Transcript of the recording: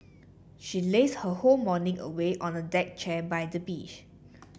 she lazed her whole morning away on a deck chair by the beach